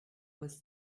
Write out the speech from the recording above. was